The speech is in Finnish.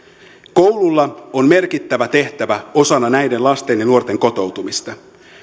koululla on merkittävä tehtävä osana näiden lasten ja nuorten kotoutumista